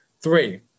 Three